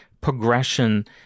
progression